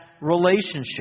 relationship